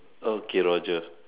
okay roger